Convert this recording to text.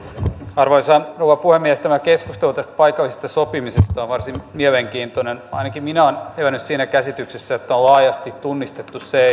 arvoisa rouva puhemies tämä keskustelu paikallisesta sopimisesta on varsin mielenkiintoinen ainakin minä olen elänyt siinä käsityksessä että on laajasti tunnustettu se